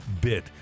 bit